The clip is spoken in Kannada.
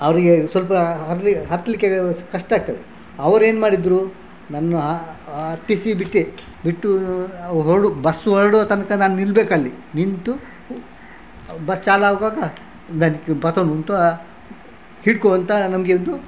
ಅವರಿಗೆ ಸ್ವಲ್ಪ ಹತ್ತಲಿಕ್ಕೆ ಕಷ್ಟ ಆಗ್ತದೆ ಅವರೇನು ಮಾಡಿದರು ನನ್ನ ಹತ್ತಿಸಿ ಬಿಟ್ಟೆ ಬಿಟ್ಟು ಹೊರು ಬಸ್ ಹೊರಡುವ ತನಕ ನಾನು ನಿಲ್ಲಬೇಕಲ್ಲಿ ನಿಂತು ಬಸ್ ಚಾಲಾಗುವಾಗ ದಾನಿಕ್ ಪತೊಂದ್ ಉಂತುವಾ ಹಿಡ್ಕೋ ಅಂತ ನಮಗೆ ಒಂದು